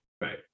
Right